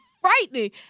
frightening